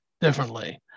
differently